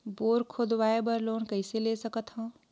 Bore खोदवाय बर loan कइसे ले सकथव?